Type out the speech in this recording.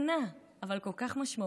הקטנה, אבל כל כך משמעותית,